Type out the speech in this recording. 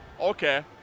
okay